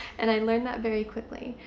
and i learned that very quickly.